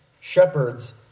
Shepherds